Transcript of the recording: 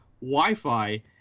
Wi-Fi